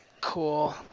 Cool